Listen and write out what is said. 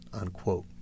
unquote